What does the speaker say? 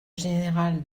général